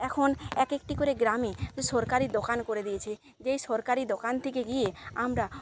এখন এক একটি করে গ্রামে সরকারি দোকান করে দিয়েছে যেই সরকারি দোকান থেকে গিয়ে আমরা খুব